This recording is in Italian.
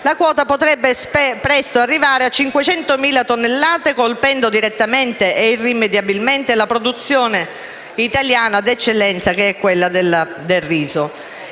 la quota potrebbe presto arrivare a 500.000 tonnellate, colpendo direttamente e irrimediabilmente la produzione italiana d'eccellenza che è quella del riso.